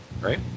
right